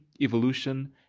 evolution